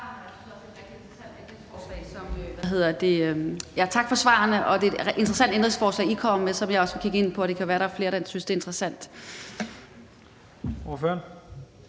Tak for svarene. Det er et interessant ændringsforslag, I kommer med, og som jeg også vil kigge nærmere på. Det kan være, der er flere, der synes, det er interessant.